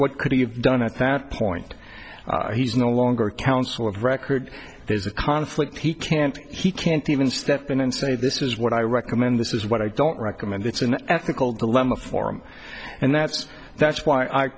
have done at that point he's no longer counsel of record there's a conflict he can't he can't even step in and say this is what i recommend this is what i don't recommend that's an ethical dilemma for him and that's that's why i